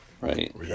Right